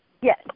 Yes